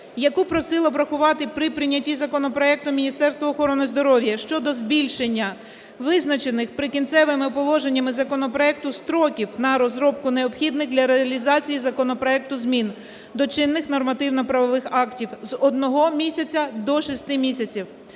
яку просила врахувати при прийняті законопроекту Міністерство охорони здоров'я щодо збільшення визначених "Прикінцевими положеннями" законопроекту строків на розробку необхідних для реалізації законопроекту змін до чинних нормативно-правових актів з одного місяця до шести місяців.